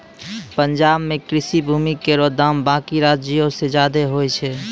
पंजाब म कृषि भूमि केरो दाम बाकी राज्यो सें जादे होय छै